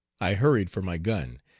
i hurried for my gun,